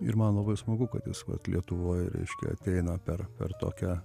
ir man labai smagu kad jis vat lietuvoj reiškia ateina per per tokią